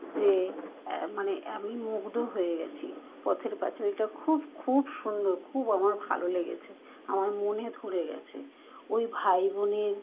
যে মানে আমি মুগ্ধ হয়ে গেছি পথের পাঁচালীটা খুব খুব সুন্দর খুব আমার ভালো লেগেছে আমার মনে ধরে গেছে ওই ভাই বোনের